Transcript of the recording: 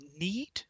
need